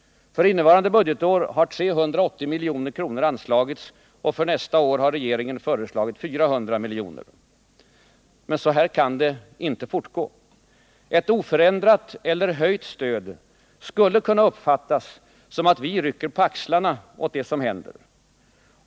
För innevarande budgetår har 380 milj.kr. anslagits. För nästa år har regeringen föreslagit 400 miljoner. Men så kan det inte fortgå. Ett oförändrat eller höjt stöd skulle kunna uppfattas som att vi rycker på axlarna åt det som händer.